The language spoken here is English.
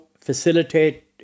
facilitate